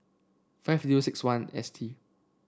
five zero six one S T